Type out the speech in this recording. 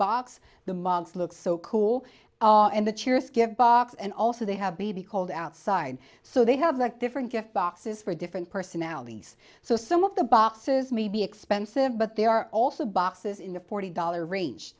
box the mogs looks so cool and the cheeriest gift box and also they have b b called outside so they have like different gift boxes for different personalities so some of the boxes may be expensive but they are also boxes in the forty dollars range